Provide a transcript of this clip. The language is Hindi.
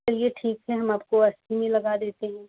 चलिए ठीक है हम आपको अस्सी में लगा देते हैं